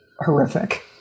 horrific